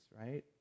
right